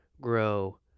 grow